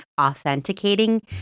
authenticating